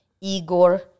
Igor